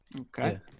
Okay